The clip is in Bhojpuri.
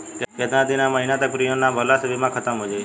केतना दिन या महीना तक प्रीमियम ना भरला से बीमा ख़तम हो जायी?